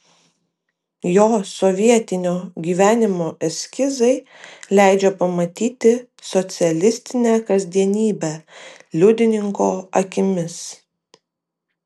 jo sovietinio gyvenimo eskizai leidžia pamatyti socialistinę kasdienybę liudininko akimis